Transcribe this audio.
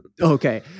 Okay